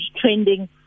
trending